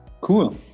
Cool